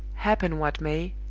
happen what may,